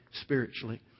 spiritually